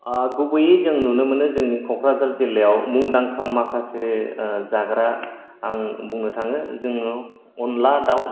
आ गुबैयै जों नुनो मोनो जोंनि क'क्राझार जिल्लायाव मुंदांखा माखासे जाग्रा आं बुंनो थाङो जोङो अनद्ला दाउ आरो